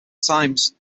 times